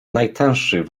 najtęższych